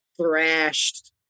thrashed